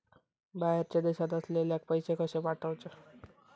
बाहेरच्या देशात असलेल्याक पैसे कसे पाठवचे?